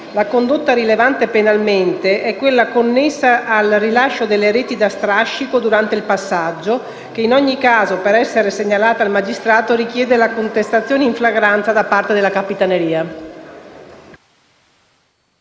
La condotta penalmente rilevante è quella connessa al rilascio delle reti da strascico durante il passaggio che in ogni caso, per essere segnalata al magistrato, richiede la contestazione in flagranza da parte della capitaneria.